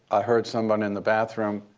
i heard someone in the bathroom.